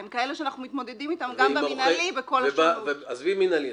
הם כאלה שאנחנו מתמודדים אתם גם במינהלי בכל ה- -- עזבי מינהלי,